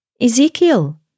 Ezekiel